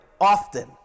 often